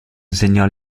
insegnò